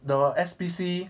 the S_P_C